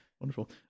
wonderful